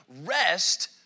Rest